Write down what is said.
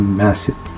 massive